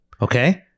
Okay